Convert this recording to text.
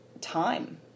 time